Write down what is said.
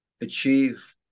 achieve